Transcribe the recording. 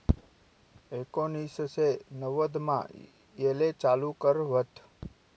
एकोनिससे नव्वदमा येले चालू कर व्हत